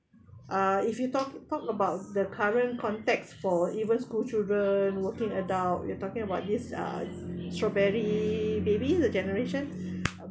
uh if you talk talk about the current context for even school children working adult you're talking about this uh strawberry baby the generation